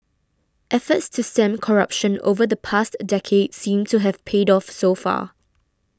efforts to stem corruption over the past decade seem to have paid off so far